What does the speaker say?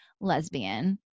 lesbian